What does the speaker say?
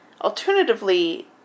Alternatively